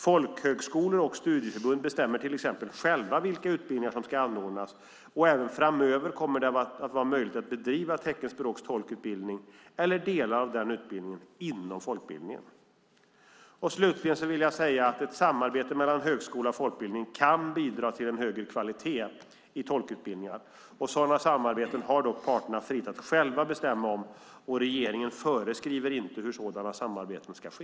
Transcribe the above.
Folkhögskolor och studieförbund bestämmer till exempel själva vilka utbildningar som ska anordnas, och även framöver kommer det att vara möjligt att bedriva teckenspråkstolkutbildning, eller delar av denna utbildning, inom folkbildningen. Slutligen vill jag säga att ett samarbete mellan högskola och folkbildning kan bidra till en högre kvalitet i tolkutbildningar. Sådana samarbeten har dock parterna frihet att själva bestämma om, och regeringen föreskriver inte hur sådana samarbeten ska ske.